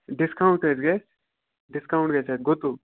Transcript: discount حظ گژھِ discount گژھِ اَتھ گُتُل